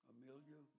Amelia